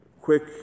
Quick